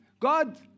God